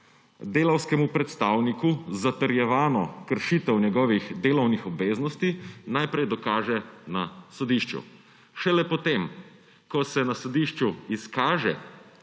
delavskemu predstavniku zatrjevano kršitev njegovih delovnih obveznosti najprej dokaže na sodišču. Šele potem, ko se na sodišču izkaže